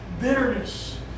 bitterness